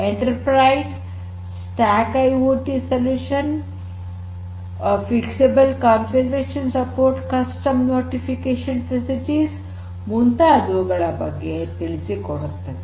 enterprise stack IoT ಪರಿಹಾರ fixable configuration support custom notification facilities ಮುಂತಾದವುಗಳ ಬಗ್ಗೆ ತಿಳಿಸಿಕೊಡುತ್ತದೆ